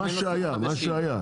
מה שהיה מה שהיה,